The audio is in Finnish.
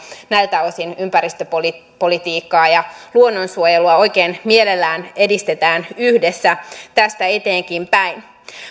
näiltä osin ympäristöpolitiikkaa ja luonnonsuojelua oikein mielellämme edistämme yhdessä tästä eteenkin päin